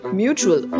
mutual